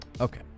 Okay